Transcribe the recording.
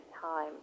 time